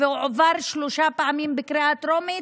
שהועבר שלוש פעמים בקריאה טרומית,